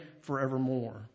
forevermore